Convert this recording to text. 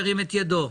ירים את ידו.